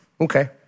Okay